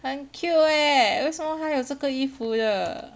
很 cute eh 为什么他有这个衣服的